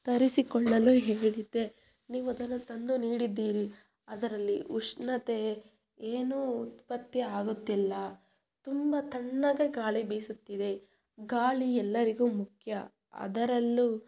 ತರಿಸಿಕೊಳ್ಳಲು ಹೇಳಿದೆ ನೀವು ಅದನ್ನು ತಂದು ನೀಡಿದ್ದೀರಿ ಅದರಲ್ಲಿ ಉಷ್ಣತೆ ಏನೂ ಉತ್ಪತ್ತಿ ಆಗುತ್ತಿಲ್ಲ ತುಂಬ ತಣ್ಣಗೆ ಗಾಳಿ ಬೀಸುತ್ತಿದೆ ಗಾಳಿ ಎಲ್ಲರಿಗೂ ಮುಖ್ಯ ಅದರಲ್ಲೂ